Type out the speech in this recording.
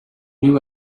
new